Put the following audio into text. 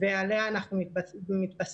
ועליה אנחנו מתבססים.